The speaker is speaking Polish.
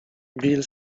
bill